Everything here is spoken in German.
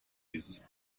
dieses